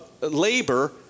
labor